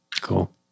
cool